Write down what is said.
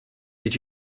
est